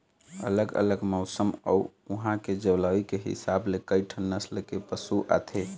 अलग अलग मउसन अउ उहां के जलवायु के हिसाब ले कइठन नसल के पशु आथे